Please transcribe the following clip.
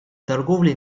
торговли